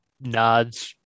nods